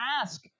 ask